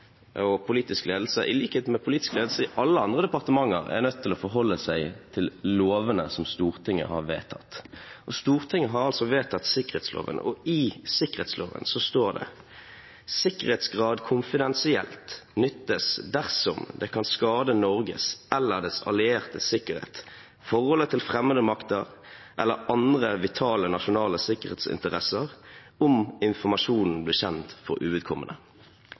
forsvarsministeren, politisk ledelse, er, i likhet med politisk ledelse i alle andre departementer, nødt til å forholde seg til lovene som Stortinget har vedtatt. Stortinget har altså vedtatt sikkerhetsloven, og i sikkerhetsloven står det om sikkerhetsgrader: «KONFIDENSIELT nyttes dersom det kan skade Norges eller dets alliertes sikkerhet, forholdet til fremmede makter eller andre vitale nasjonale sikkerhetsinteresser om informasjonen blir kjent for uvedkommende.»